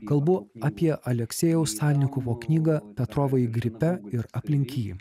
kalbu apie aleksejaus salnikovo knygą petrovai gripe ir aplink jį